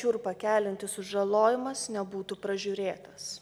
šiurpą keliantis sužalojimas nebūtų pražiūrėtas